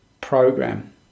program